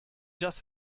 jazz